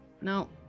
no